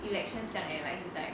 elections 这样而已 he's like